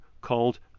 called